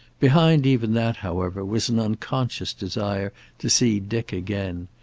behind even that, however, was an unconscious desire to see dick again,